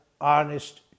honest